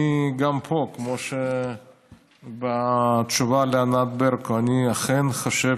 גם פה, כמו בתשובה לענת ברקו, אני אכן חושב